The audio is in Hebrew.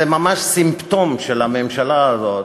זה ממש סימפטום של הממשלה הזאת,